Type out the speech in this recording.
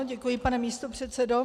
Děkuji, pane místopředsedo.